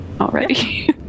already